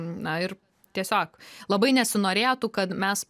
na ir tiesiog labai nesinorėtų kad mes